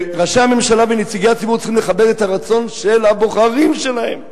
ראשי הממשלה ונציגי הציבור צריכים לכבד את הרצון של הבוחרים שלהם.